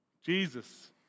Jesus